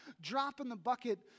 drop-in-the-bucket